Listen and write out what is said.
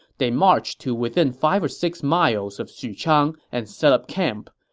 they marched to within five or six miles of xuchang and set up camp.